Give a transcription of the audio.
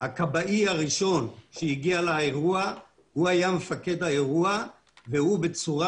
הכבאי הראשון שהגיע לאירוע היה מפקד האירוע והוא בצורה